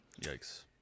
Yikes